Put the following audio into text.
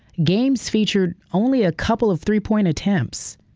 games featured only a couple of three-point attempts.